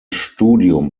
studium